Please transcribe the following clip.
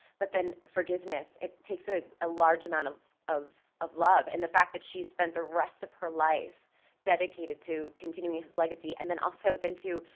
but then, forgiveness. it takes a ah large amount of of love and the fact that she spent the rest of her life dedicated to continuing his legacy and then also, then to,